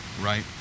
right